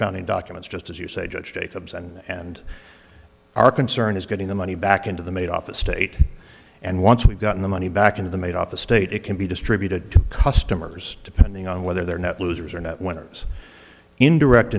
founding documents just as you say judge jacobs and and our concern is getting the money back into the made office state and once we've gotten the money back into the made off the state it can be distributed to customers depending on whether they're net losers or net winners indirect